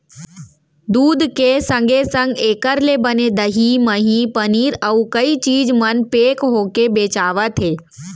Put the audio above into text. दूद के संगे संग एकर ले बने दही, मही, पनीर, अउ कई चीज मन पेक होके बेचावत हें